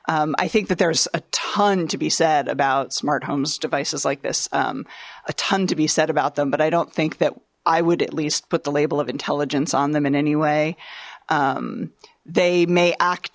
i think that there's a ton to be said about smart homes devices like this a ton to be said about them but i don't think that i would at least put the label of intelligence on them in any way they may act